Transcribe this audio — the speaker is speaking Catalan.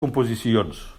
composicions